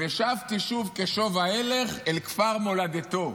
/ ושבתי שוב כשוב ההלך / אל כפר מולדתו".